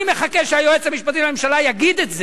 אני מחכה שהיועץ המשפטי לממשלה יגיד את זה.